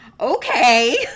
Okay